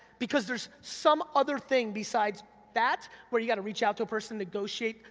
because there's some other thing besides that, where you gotta reach out to a person, negotiate,